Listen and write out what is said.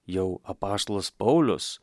jau apaštalas paulius